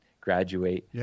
graduate